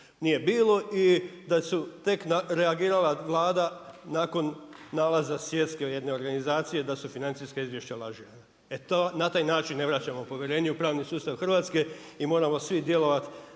nije bilo i da je tek reagirala Vlada nakon nalaza svjetske jedne organizacije da su financijska izvješća lažirana. E na taj način ne vraćamo povjerenje u pravni sustav Hrvatske i moramo svi djelovati